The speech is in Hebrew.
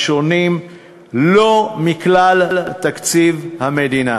לא מכלל תקציב המדינה,